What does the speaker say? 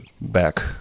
back